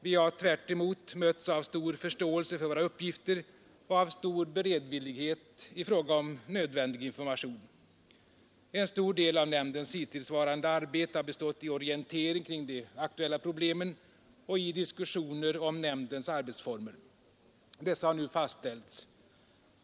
Vi har tvärtom mötts av stor förståelse för våra uppgifter och av stor beredvillighet i fråga om nödvändig information. En stor del av nämndens hittillsvarande arbete har bestått i orientering kring de aktuella problemen och i diskussioner om nämndens arbetsformer. Dessa har nu fastställts.